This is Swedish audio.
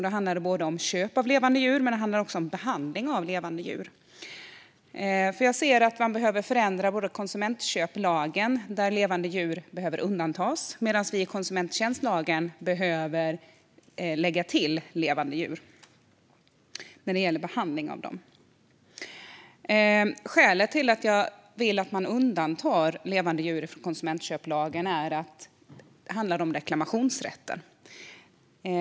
Då handlar det både om köp av levande djur och om behandling av levande djur. Man behöver förändra både konsumentköplagen, så att levande djur undantas, och konsumenttjänstlagen, så att behandling av levande djur läggs till. Skälet till att jag vill att man undantar levande djur från konsumentköplagen är att det handlar om reklamationsrätten.